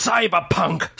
Cyberpunk